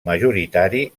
majoritari